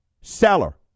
seller